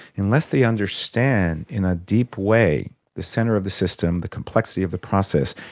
unless they understand in a deep way the centre of the system, the complexity of the process,